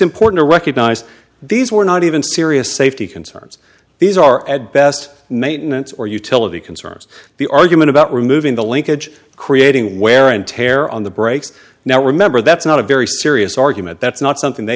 important to recognize these were not even serious safety concerns these are at best maintenance or utility concerns the argument about removing the linkage creating wear and tear on the brakes now remember that's not a very serious argument that's not something they